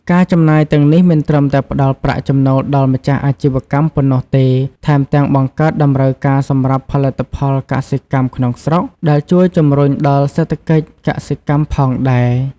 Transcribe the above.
ការចំណាយទាំងនេះមិនត្រឹមតែផ្ដល់ប្រាក់ចំណូលដល់ម្ចាស់អាជីវកម្មប៉ុណ្ណោះទេ ថែមទាំងបង្កើតតម្រូវការសម្រាប់ផលិតផលកសិកម្មក្នុងស្រុក ដែលជួយជំរុញដល់សេដ្ឋកិច្ចកសិកម្មផងដែរ។